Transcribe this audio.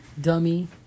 Dummy